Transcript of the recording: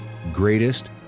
greatest